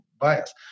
bias